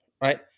right